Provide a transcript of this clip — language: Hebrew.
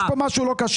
יש כאן משהו לא כשר.